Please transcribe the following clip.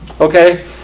Okay